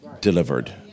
delivered